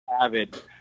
avid